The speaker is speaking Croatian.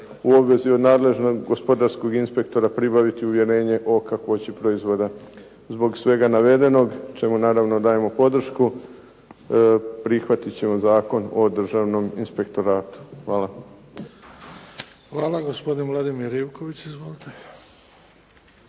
u obvezi od nadležnog gospodarskog inspektora pribaviti uvjerenje o kakvoći proizvoda. Zbog svega navedenog ćemo naravno, dajemo podršku, prihvatit ćemo Zakon o državnom inspektoratu. Hvala. **Bebić, Luka (HDZ)** Hvala. Gospodin Vladimir Ivković. Izvolite.